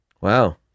Wow